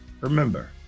Remember